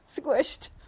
squished